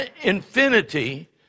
infinity